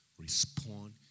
Respond